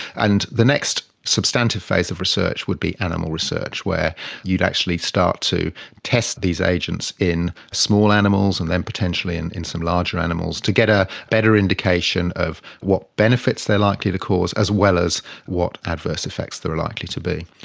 and the next substantive phase of research would be animal research where you would actually start to test these agents in small animals and then potentially in in some larger animals to get a better indication of what benefits they are likely to cause as well as what adverse effects there are likely to be.